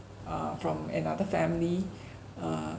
uh from another family uh